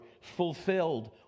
fulfilled